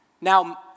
Now